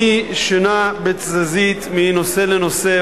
מי שנע בתזזית מנושא לנושא,